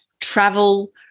travel